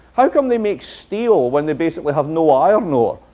how come they make steel when they basically have no iron ore?